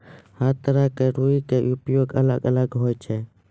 हर तरह के रूई के उपयोग अलग अलग होय छै